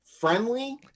friendly